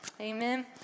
amen